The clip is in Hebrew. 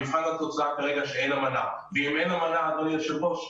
מבחן התוצאה כרגע הוא שאין אמנה ואם אין אמנה אדוני היושב ראש,